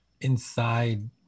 inside